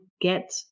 get